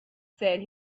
said